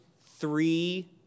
three